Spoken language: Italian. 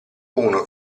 uno